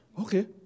Okay